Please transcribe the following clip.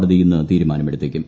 കോടതി ഇന്ന് തീരുമാനമെടുത്തേക്കും